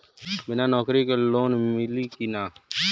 बिना नौकरी के लोन मिली कि ना?